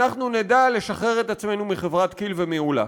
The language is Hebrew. אנחנו נדע לשחרר את עצמנו מחברת כי"ל ומעולה.